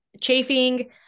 Chafing